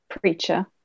preacher